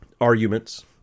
arguments